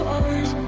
eyes